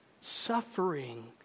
Suffering